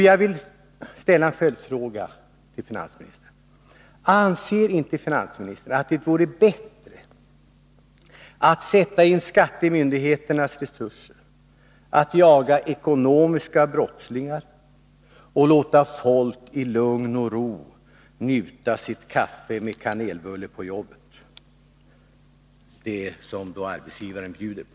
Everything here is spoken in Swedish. Jag vill ställa en följdfråga till finansministern: Anser inte finansministern att det vore bättre att sätta in skattemyndigheternas resurser på att jaga ekonomiska brottslingar och låta folk i lugn och ro njuta sitt kaffe med kanelbulle som arbetsgivaren bjuder på?